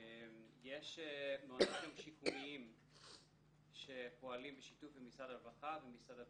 יש מעונות יום שיקומיים שפועלים בשיתוף עם משרד הרווחה ומשרד הבריאות.